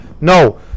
No